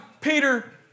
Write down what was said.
Peter